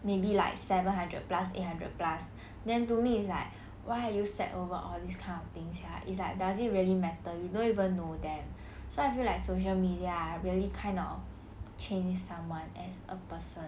maybe like seven hundred plus eight hundred plus then to me it's like why are you sad over all these kind of things right it's like does it really matter you don't even know them so I feel like social media ah really kind of change someone as a person